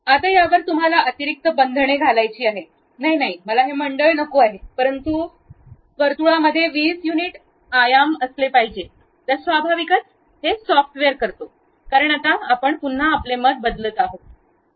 आता यावर तुम्हाला अतिरिक्त बंधने घालायची आहेत नाही नाही मला हे मंडळ नको आहे परंतु वर्तुळामध्ये 20 युनिट आयाम असले पाहिजेत तर स्वाभाविकच सॉफ्टवेअर करतो कारण आता आपण पुन्हा आपले मत बदलत आहात